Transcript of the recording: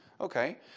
Okay